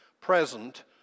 present